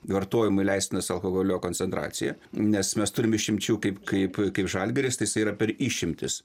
vartojimui leistinas alkoholio koncentracija nes mes turim išimčių kaip kaip kaip žalgiris tai jisai yra per išimtis